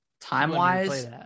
time-wise